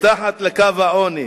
מתחת לקו העוני.